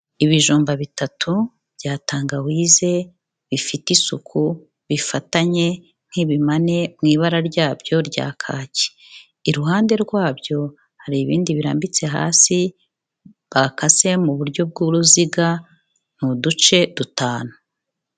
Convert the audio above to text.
Ibijumba bitatu bya tangawize, bifite isuku bifatanye nk'ibimane mu ibara ryabyo rya kaki. Iruhande rwabyo hari ibindi birambitse hasi bakase mu buryo bw'uruziga, ni uduce dutanu.